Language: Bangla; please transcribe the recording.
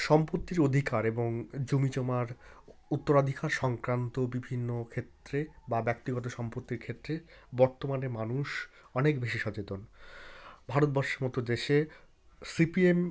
সম্পত্তির অধিকার এবং জমিজমার উত্তরাধিকার সংক্রান্ত বিভিন্ন ক্ষেত্রে বা ব্যক্তিগত সম্পত্তির ক্ষেত্রে বর্তমানে মানুষ অনেক বেশি সচেতন ভারতবর্ষের মতো দেশে সি পি এম